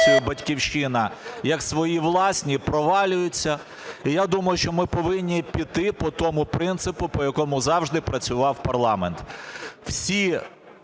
"Батьківщина", як свої власні, провалюються. І я думаю, що ми повинні піти по тому принципу, по якому завжди працював парламент: